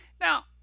Now